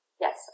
Yes